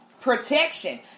protection